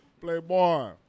Playboy